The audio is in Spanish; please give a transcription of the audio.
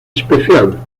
especial